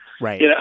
Right